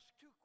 two